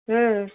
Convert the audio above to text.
ம்